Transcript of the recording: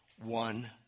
One